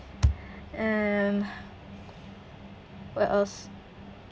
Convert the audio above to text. um what else